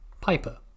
Piper